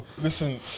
Listen